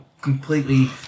completely